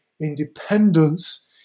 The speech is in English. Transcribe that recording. independence